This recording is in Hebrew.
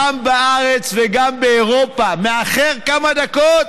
גם בארץ וגם באירופה, מאחר בכמה דקות,